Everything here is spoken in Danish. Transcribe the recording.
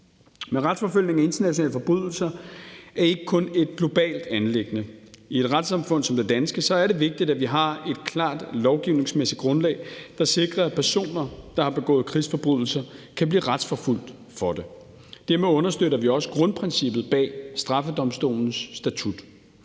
Men retsforfølgning af internationale forbrydelser er ikke kun et globalt anliggende. I et retssamfund som det danske er det vigtigt, at vi har et klart lovgivningsmæssigt grundlag, der sikrer, at personer, der har begået krigsforbrydelser, kan blive retsforfulgt for det. Dermed understøtter vi også grundprincippet bag straffedomstolens statut: